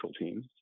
team